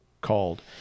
called